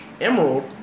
Emerald